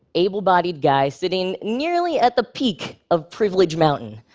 able-bodied guy sitting nearly at the peak of privilege mountain.